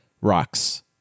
rocks